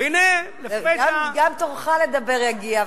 גם תורך לדבר יגיע,